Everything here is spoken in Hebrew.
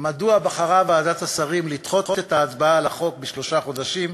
מדוע בחרה ועדת השרים לדחות את ההצבעה על החוק בשלושה חודשים,